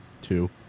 two